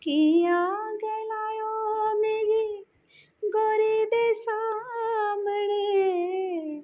कि'यां गलाएओ मिगी गोरी दे सामने